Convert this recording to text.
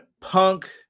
Punk